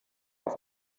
auf